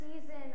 season